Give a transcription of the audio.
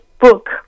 book